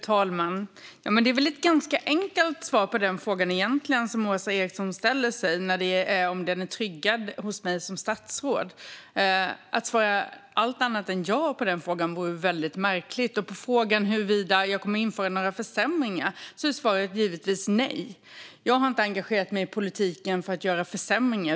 Fru talman! Svaret på Åsa Erikssons fråga om sjukförsäkringen är tryggad med mig som statsråd är väl egentligen ganska enkelt. Allt annat än att svara ja på den frågan vore ju väldigt märkligt. Och på frågan om huruvida jag kommer att införa några försämringar är svaret givetvis nej. Jag har inte engagerat mig i politiken för att göra försämringar.